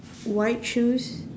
white shoes